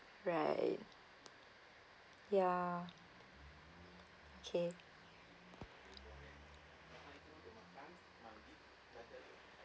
right ya okay